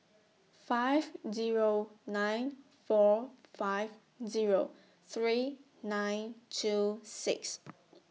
five Zero nine four five Zero three nine two six